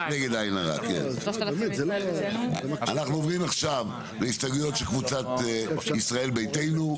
אנחנו עוברים עכשיו להסתייגויות שלקבוצת ישראל ביתנו,